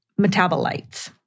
metabolites